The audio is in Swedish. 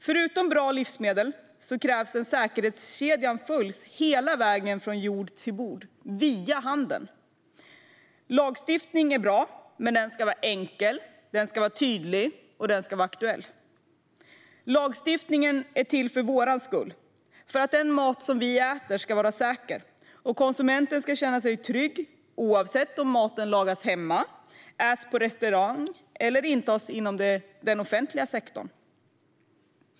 Förutom bra livsmedel krävs det att säkerhetskedjan följs hela vägen från jord till bord via handeln. Lagstiftning är bra, men den ska vara enkel, tydlig och aktuell. Lagstiftningen är till för vår skull, för att den mat vi äter ska vara säker och för att konsumenten ska känna sig trygg oavsett om maten lagas hemma, äts på restaurang eller intas inom den offentliga sektorn.